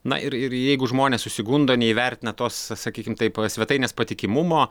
na ir ir jeigu žmonės susigundo neįvertina tos sakykim taip svetainės patikimumo